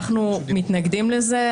אנחנו מתנגדים לזה.